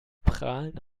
prahlen